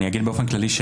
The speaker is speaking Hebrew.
אני אגיד באופן כללי,